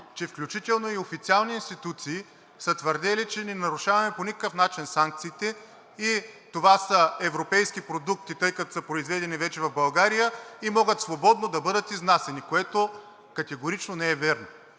че включително и официални институции са твърдели, че не нарушаваме по никакъв начин санкциите и това са европейски продукти, тъй като са произведени вече в България, и могат свободно да бъдат изнасяни, което категорично не е вярно.